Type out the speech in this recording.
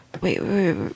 Wait